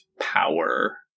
power